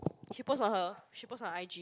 she post on her she post on her I_G